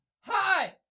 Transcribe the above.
Hi